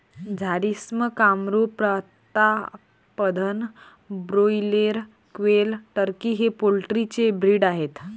Jharsim, Kamrup, Pratapdhan, broiler, quail, turkey हे poultry चे breed आहेत